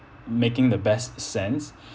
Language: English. making the best sense